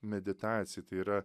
meditacijai tai yra